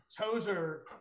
Tozer